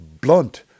blunt